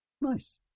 Nice